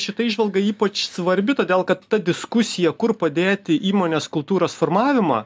šita įžvalga ypač svarbi todėl kad ta diskusija kur padėti įmonės kultūros formavimą